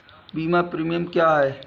बीमा प्रीमियम क्या है?